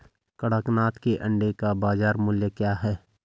कड़कनाथ के अंडे का बाज़ार मूल्य क्या है?